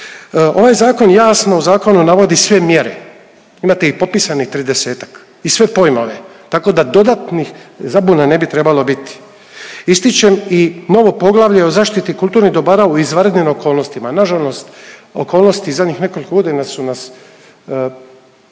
Ovaj zakon jasno u zakonu navodi sve mjere, imate ih popisanih 30-ak i sve pojmove tako da dodatnih zabuna ne bi trebalo biti. Ističem i novo poglavlje o zaštiti kulturnih dobara u izvanrednim okolnostima. Na žalost okolnosti zadnjih nekoliko godina su nas